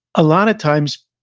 a lot of times,